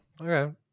Okay